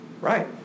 Right